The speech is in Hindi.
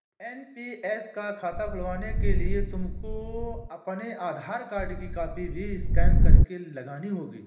एन.पी.एस का खाता खुलवाने के लिए तुमको अपने आधार कार्ड की कॉपी भी स्कैन करके लगानी होगी